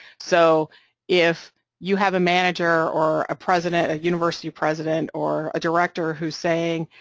so if you have a manager or a president, a university president, or a director who's saying,